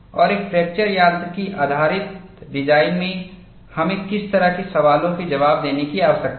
और एक फ्रैक्चर यांत्रिकी आधारित डिजाइन में हमें किस तरह के सवालों के जवाब देने की आवश्यकता है